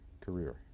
career